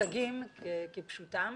שמוצגים כפשוטם.